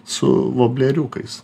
su vobleriukais